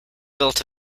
built